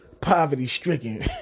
poverty-stricken